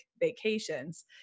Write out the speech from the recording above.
vacations